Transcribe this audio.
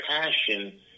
passion